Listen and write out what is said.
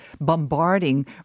bombarding